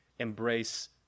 embrace